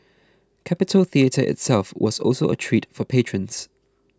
Capitol Theatre itself was also a treat for patrons